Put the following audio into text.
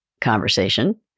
conversation